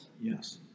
Yes